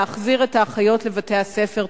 להחזיר את האחיות לבתי-הספר.